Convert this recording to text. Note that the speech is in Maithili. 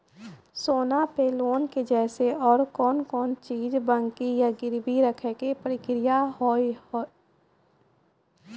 सोना पे लोन के जैसे और कौन कौन चीज बंकी या गिरवी रखे के प्रक्रिया हाव हाय?